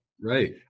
Right